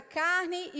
carne